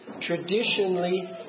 traditionally